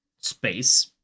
space